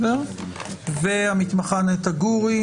סראחנה והמתמחה נטע גורי.